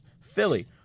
Philly